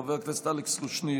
חבר הכנסת אלכס קושניר,